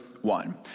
one